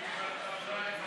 חנין לסעיף